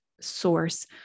source